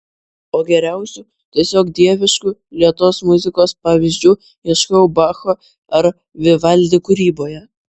o geriausių tiesiog dieviškų lėtos muzikos pavyzdžių ieškau bacho ar vivaldi kūryboje